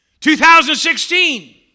2016